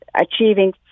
achieving